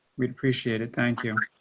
we'd appreciate it. thank you.